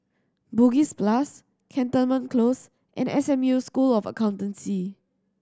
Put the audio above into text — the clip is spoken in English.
Bugis plus Cantonment Close and S M U School of Accountancy